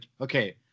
okay